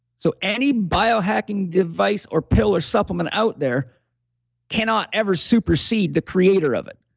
so any biohacking device or pill or supplement out there cannot ever supersede the creator of it.